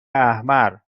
احمر